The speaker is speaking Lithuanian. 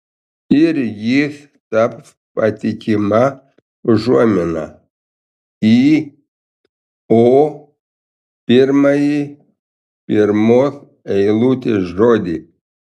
ir jis taps patikima užuomina į o pirmąjį pirmos eilutės žodį